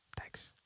Thanks